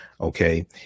Okay